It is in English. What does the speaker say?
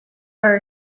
are